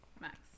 Max